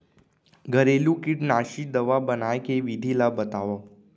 घरेलू कीटनाशी दवा बनाए के विधि ला बतावव?